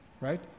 Right